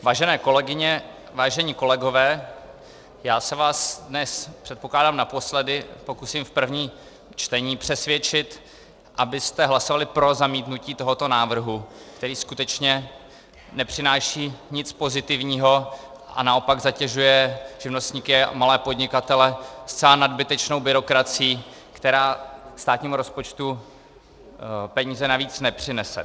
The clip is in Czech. Vážené kolegyně, vážení kolegové, já se vás dnes, předpokládám, naposledy pokusím v prvním čtení přesvědčit, abyste hlasovali pro zamítnutí tohoto návrhu, který skutečně nepřináší nic pozitivního a naopak zatěžuje živnostníky a malé podnikatele zcela nadbytečnou byrokracií, která státnímu rozpočtu peníze navíc nepřinese.